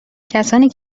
کسانی